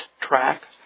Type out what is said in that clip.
track